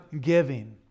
giving